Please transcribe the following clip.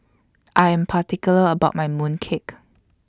I Am particular about My Mooncake